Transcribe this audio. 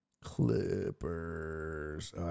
Clippers